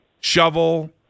shovel